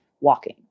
walking